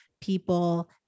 people